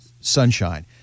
sunshine